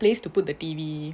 place to put the T_V